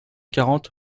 quarante